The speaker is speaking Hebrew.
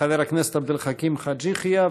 חבר הכנסת עבד אל חכים חאג' יחיא,